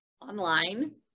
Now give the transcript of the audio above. online